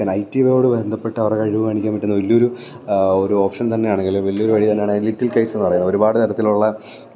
I ടിയോടു ബന്ധപ്പെട്ട അവരുടെ കഴിവു കാണിക്കാൻ പറ്റുന്ന വലിയൊരു ഓപ്ഷൻ തന്നെയാണ് അല്ലെങ്കിൽ വലിയൊരു വഴി തന്നെയാണ് ലിറ്റിൽ കൈറ്റ്സെന്നു പറയുന്നത് ഒരുപാട് തരത്തിലുള്ള